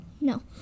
No